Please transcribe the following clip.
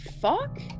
fuck